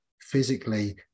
physically